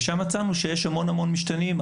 ומצאנו שיש המון משתנים,